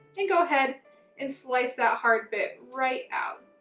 and go ahead and slice that hard bit right out.